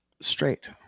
straight